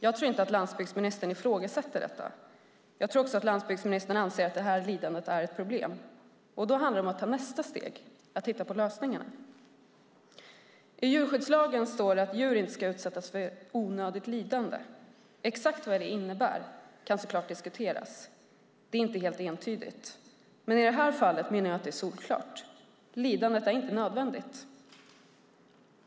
Jag tror inte att landsbygdsministern ifrågasätter detta. Jag tror att landsbygdsministern anser att lidandet är ett problem, och då handlar det om att ta nästa steg, att titta på lösningarna. I djurskyddslagen står att djur inte ska utsättas för onödigt lidande. Exakt vad det innebär kan såklart diskuteras. Det är inte helt entydigt. I det här fallet menar jag dock att det är solklart. Lidandet är inte nödvändigt.